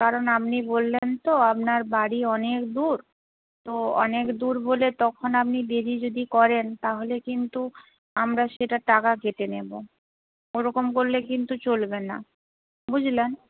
কারণ আপনি বললেন তো আপনার বাড়ি অনেক দূর তো অনেক দূর বলে তখন আপনি দেরি যদি করেন তাহলে কিন্তু আমরা সেটার টাকা কেটে নেব ওরকম করলে কিন্তু চলবে না বুঝলেন